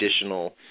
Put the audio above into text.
additional